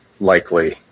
likely